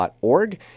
org